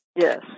yes